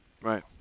Right